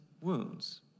wounds